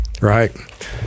right